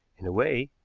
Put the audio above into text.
in a way,